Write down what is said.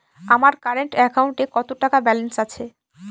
আমার কারেন্ট অ্যাকাউন্টে কত টাকা ব্যালেন্স আছে?